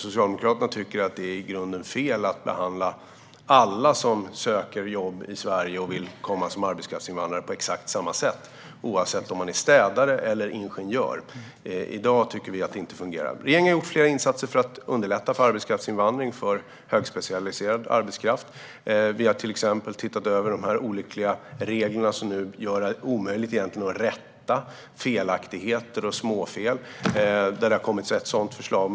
Socialdemokraterna tycker att det är fel att behandla alla som söker jobb i Sverige och vill komma som arbetskraftsinvandrare på exakt samma sätt oavsett om de är städare eller ingenjörer. Vi tycker inte att det fungerar i dag. Regeringen har gjort flera insatser för att underlätta arbetskraftsinvandring för högspecialiserad arbetskraft. Vi har till exempel tittat över de olyckliga reglerna som gör det omöjligt att rätta felaktigheter. Det har kommit ett sådant förslag.